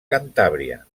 cantàbria